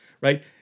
Right